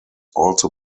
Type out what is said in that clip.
also